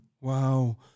Wow